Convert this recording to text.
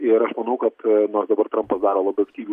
ir aš manau kad nors dabar trampas daro labai atsakingus